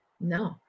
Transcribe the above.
No